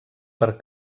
per